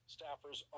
staffers